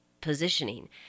positioning